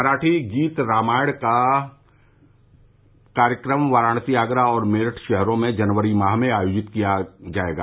मराठी गीत रामायण का कार्यक्रम वाराणसी आगरा और मेरठ शहरों में जनवरी माह में आयोजित किया जायेगा